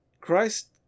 Christ